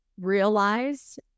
realize